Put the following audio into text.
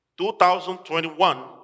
2021